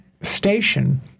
station